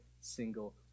single